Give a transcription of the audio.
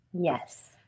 Yes